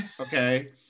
okay